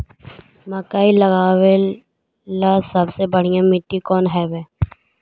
मकई लगावेला सबसे बढ़िया मिट्टी कौन हैइ?